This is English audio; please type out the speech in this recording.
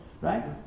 right